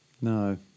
No